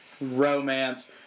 romance